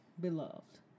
beloved